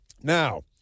Now